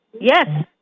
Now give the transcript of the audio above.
Yes